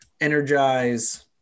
energize